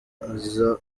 aza